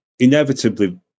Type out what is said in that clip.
Inevitably